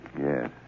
Yes